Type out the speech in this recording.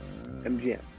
MGM